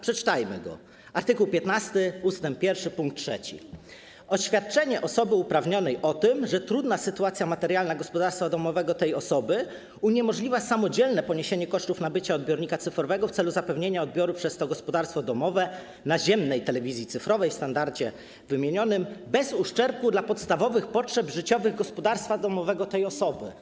Przeczytajmy go, art. 15 ust. 1 pkt 3: oświadczenie osoby uprawnionej o tym, że trudna sytuacja materialna gospodarstwa domowego tej osoby uniemożliwia samodzielne poniesienie kosztów nabycia odbiornika cyfrowego w celu zapewnienia odbioru przez to gospodarstwo domowe naziemnej telewizji cyfrowej w standardzie wymienionym bez uszczerbku dla podstawowych potrzeb życiowych gospodarstwa domowego tej osoby.